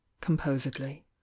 composedly